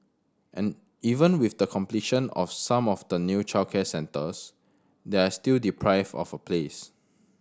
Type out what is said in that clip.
and even with the completion of some of the new childcare centres they are still deprived of a place